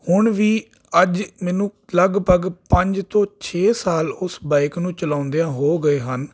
ਹੁਣ ਵੀ ਅੱਜ ਮੈਨੂੰ ਲਗਭਗ ਪੰਜ ਤੋਂ ਛੇ ਸਾਲ ਉਸ ਬਾਈਕ ਨੂੰ ਚਲਾਉਂਦਿਆਂ ਹੋ ਗਏ ਹਨ